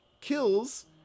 kills